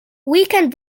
weekend